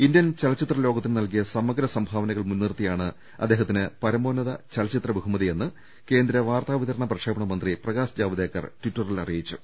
Indian ചലച്ചിത്ര ലോകത്തിന് നൽകിയ സമഗ്ര സംഭാവനകൾ മുൻനിർത്തിയാണ് അദ്ദേഹത്തിന് പരമോന്നത ചലച്ചിത്ര ബഹുമതിയെന്ന് കേന്ദ്ര വാർത്താവിതരണ പ്രക്ഷേപണ മന്ത്രി പ്രകാശ് ജാവ്ദേക്കർ ടിറ്ററിൽ അറിയിച്ചു